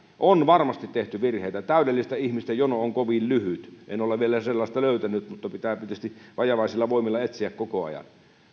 on varmasti tehty virheitä täydellisten ihmisten jono on kovin lyhyt en ole vielä sellaista löytänyt mutta pitää tietysti vajavaisilla voimilla etsiä koko ajan